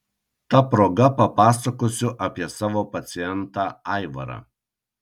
ta proga papasakosiu apie savo pacientą aivarą